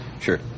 Sure